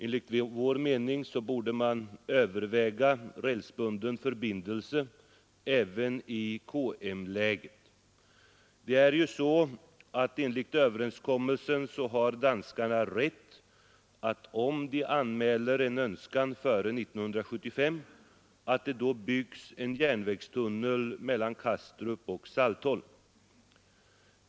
Enligt vår mening borde man överväga rälsbunden förbindelse även i KM-läget. Det är ju så att enligt överenskommelsen har danskarna rätt att, om de anmäler en önskan före 1975, bygga en järnvägstunnel mellan Kastrup och Saltholm.